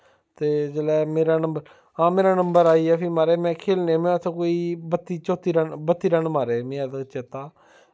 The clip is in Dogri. ते जेल्लै मेरा नंबर हां मेरा नंबर आई गेआ फ्ही माराज में खेढेआ में उत्थै कोई बत्ती चौत्ती बत्ती रन मारे में अदूं दा चेत्ता